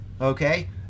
okay